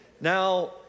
Now